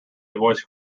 voice